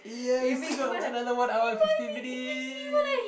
ya we still got another one hour and fifteen minute